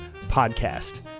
podcast